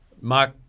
mark